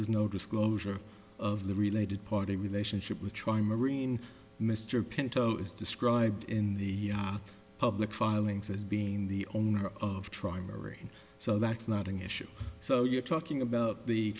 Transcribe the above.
was no disclosure of the related party relationship with tri marine mr pinto is described in the public filings as being the owner of tri memory so that's not an issue so you're talking about the